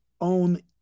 own